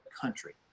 country